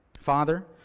Father